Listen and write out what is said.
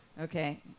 Okay